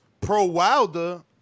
pro-Wilder